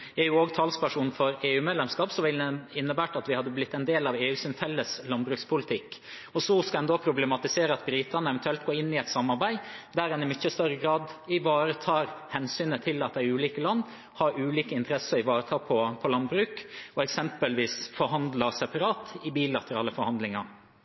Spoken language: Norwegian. er jo også talsperson for EU-medlemskap, som ville innebåret at vi hadde blitt en del av EUs felles landbrukspolitikk. Så problematiserer en da at britene eventuelt går inn i et samarbeid der en i mye større grad ivaretar hensynet til at de ulike landene har ulike interesser å ivareta innen landbruk og eksempelvis